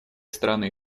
стороны